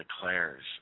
declares